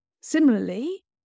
Similarly